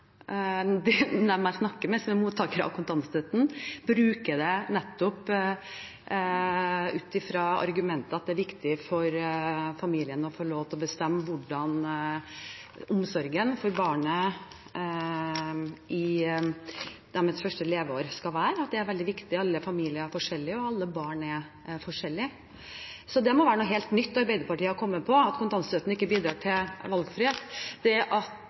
Dem jeg snakker med som er mottakere av kontantstøtte, bruker den nettopp ut fra argumentet at det er viktig for familien å få lov til å bestemme hvordan omsorgen for barnet i dets første leveår skal være – at det er veldig viktig. Alle familier er forskjellige, og alle barn er forskjellige. At kontantstøtten ikke bidrar til valgfrihet, må være noe helt nytt Arbeiderpartiet har kommet på. Det at